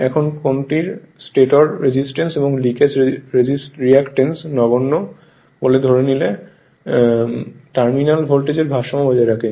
এখন কোনটি stator resistance এবং লিকেজ রিঅ্যাক্ট্যান্স নগণ্য বলে ধরে নিয়ে টার্মিনাল ভোল্টেজের ভারসাম্য বজায় রাখে